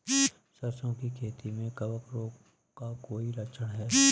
सरसों की खेती में कवक रोग का कोई लक्षण है?